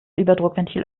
überdruckventil